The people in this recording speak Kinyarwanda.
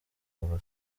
kuva